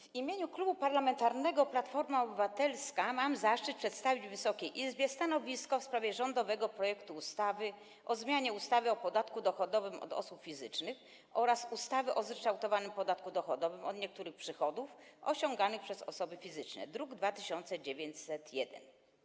W imieniu Klubu Parlamentarnego Platforma Obywatelska mam zaszczyt przedstawić Wysokiej Izbie stanowisko w sprawie rządowego projektu ustawy o zmianie ustawy o podatku dochodowym od osób fizycznych oraz ustawy o zryczałtowanym podatku dochodowym od niektórych przychodów osiąganych przez osoby fizyczne, druk nr 2901.